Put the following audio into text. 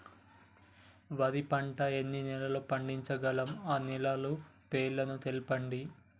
వరి పంట ఎన్ని నెలల్లో పండించగలం ఆ నెలల పేర్లను తెలుపండి?